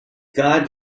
god